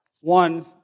one